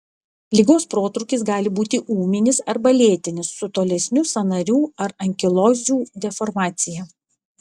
ligos protrūkis gali būti ūminis arba lėtinis su tolesniu sąnarių ar ankilozių deformacija